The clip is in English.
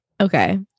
okay